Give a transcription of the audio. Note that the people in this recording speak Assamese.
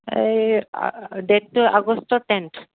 এই ডেটটো আগষ্টৰ টেনথ